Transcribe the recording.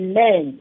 men